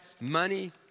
money